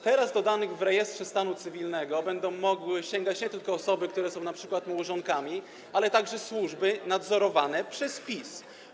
Teraz do danych w rejestrze stanu cywilnego będą mogły sięgać nie tylko osoby, które są np. małżonkami, ale także służby nadzorowane przez PiS.